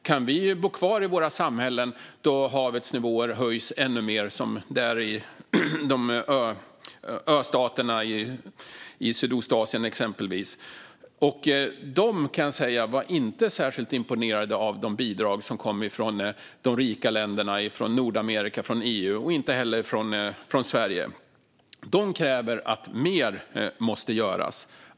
Kan vi bo kvar i våra samhällen när havets nivå höjs ännu mer, som den gör i exempelvis ö-staterna i Sydostasien? Jag kan säga att de inte var särskilt imponerade av de bidrag som kom från de rika länderna, från Nordamerika och EU, och inte heller från Sverige. De kräver att mer görs.